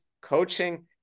coaching